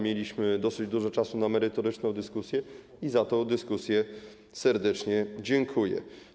Mieliśmy dosyć dużo czasu na merytoryczną dyskusję i za tę dyskusję serdecznie dziękuję.